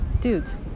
dudes